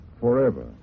Forever